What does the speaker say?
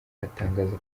aratangaza